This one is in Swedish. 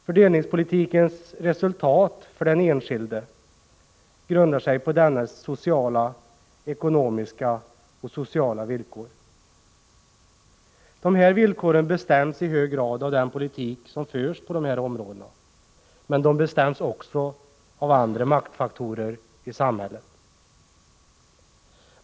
Fördelningspolitikens resultat för den enskilde grundar sig på dennes sociala, ekonomiska och kulturella villkor. De villkoren bestäms i hög grad av den politik som förs på dessa områden. Men de bestäms också av andra maktfaktorer i samhället.